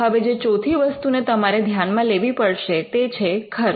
હવે જે ચોથી વસ્તુને તમારા ધ્યાનમાં લેવી પડશે તે છે ખર્ચ